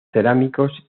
cerámicos